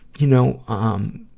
you know, um,